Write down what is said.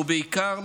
ובעיקר,